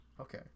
Okay